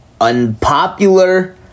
unpopular